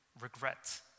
regret